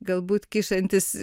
galbūt kyšantis